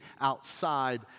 outside